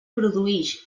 produïx